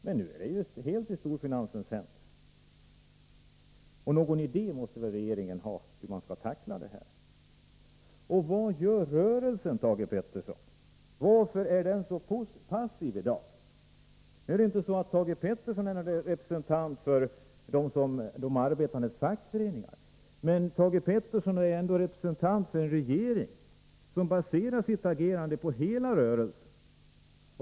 Men f. n. är man helt i storfinansens händer, och regeringen måste väl ha någon idé om hur man skall tackla dessa frågor. Och vad gör rörelsen, Thage Peterson? Varför är den så passiv i dag? Nu är inte Thage Peterson representant för de arbetandes fackföreningar, men han är ändå representant för en regering som baserar sitt agerande på hela rörelsen.